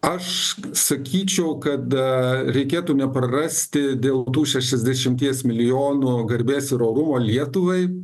aš sakyčiau kad reikėtų neprarasti dėl tų šešiasdešimties milijonų garbės ir orumo lietuvai